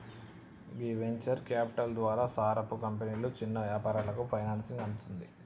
గీ venture capital ద్వారా సారపు కంపెనీలు చిన్న యాపారాలకు ఫైనాన్సింగ్ అందుతుంది